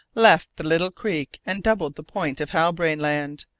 left the little creek and doubled the point of halbrane land.